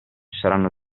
saranno